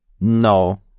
no